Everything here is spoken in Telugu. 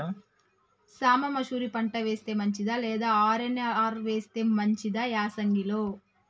సాంబ మషూరి పంట వేస్తే మంచిదా లేదా ఆర్.ఎన్.ఆర్ వేస్తే మంచిదా యాసంగి లో?